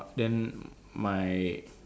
then my